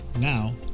Now